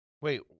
Wait